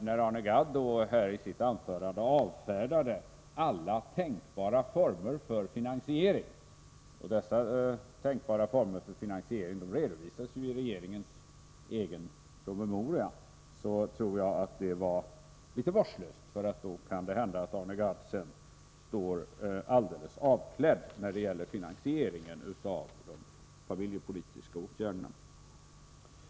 När Arne Gadd i sitt anförande avfärdade alla tänkbara former för finansiering — och dessa tänkbara former för finansiering redovisas ju i regeringens egen promemoria — tror jag att det var litet vårdslöst, för det kan då hända att Arne Gadd sedan står alldeles avklädd när det gäller finansieringen av de familjepolitiska åtgärderna.